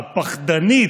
הפחדנית,